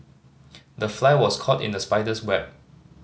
the fly was caught in the spider's web